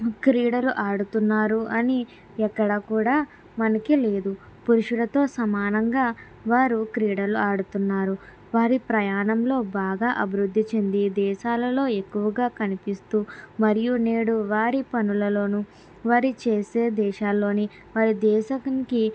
క్రీడలు ఆడుతున్నారు అని ఎక్కడా కూడా మనకి లేదు పురుషులతో సమానంగా వారు క్రీడలు ఆడుతున్నారు వారి ప్రయాణంలో బాగా అభివృద్ధి చెంది దేశాల్లో ఎక్కువగా కనిపిస్తూ మరియు నేడు వారి పనులలోనూ వారు చేసే దేశాలోనే మన దేశానికి